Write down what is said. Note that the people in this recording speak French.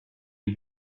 les